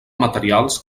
materials